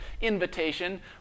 invitation